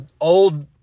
old